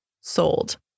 Sold